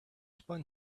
spun